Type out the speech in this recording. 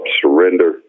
surrender